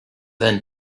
then